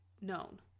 known